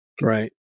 Right